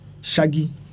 Shaggy